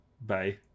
Bye